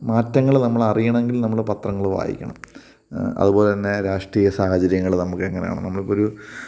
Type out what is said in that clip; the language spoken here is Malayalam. മാറ്റങ്ങൾ നമ്മൾ അറിയണമെങ്കിൽ നമ്മൾ പത്രങ്ങൾ വായിക്കണം അതുപോലെ തന്നെ രാഷ്ട്രീയ സാഹചര്യങ്ങൾ നമുക്ക് എങ്ങാനെയാണ് നമുക്ക് ഒരു